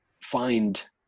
find